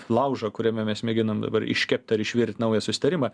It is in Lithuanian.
laužą kuriame mes mėginam dabar iškept ar išvirt naują susitarimą